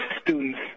students